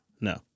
No